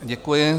Děkuji.